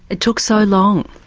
it took so long?